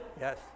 yes